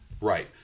right